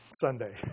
Sunday